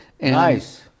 Nice